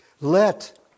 Let